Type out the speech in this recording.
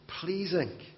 pleasing